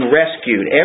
rescued